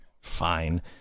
fine